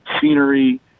scenery